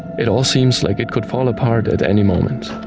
it all seems like it could fall apart at any moment.